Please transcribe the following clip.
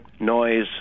noise